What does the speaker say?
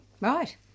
Right